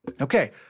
Okay